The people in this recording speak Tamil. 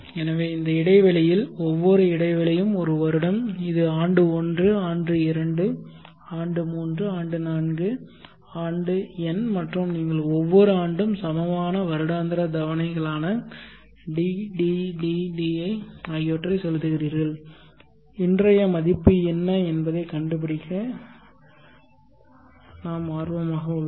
எனவே இந்த இடைவெளியில் ஒவ்வொரு இடைவெளியும் ஒரு வருடம் இது ஆண்டு 1 ஆண்டு 2 ஆண்டு 3 ஆண்டு 4 ஆண்டு n மற்றும் நீங்கள் ஒவ்வொரு ஆண்டும் சமமான வருடாந்திர தவணைகளான D D D D ஆகியவற்றை செலுத்துகிறீர்கள் இன்றைய மதிப்பு என்ன என்பதைக் கண்டுபிடிக்க நாங்கள் ஆர்வமாக உள்ளோம்